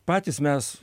patys mes